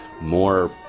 more